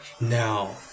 Now